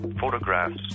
photographs